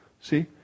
See